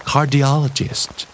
Cardiologist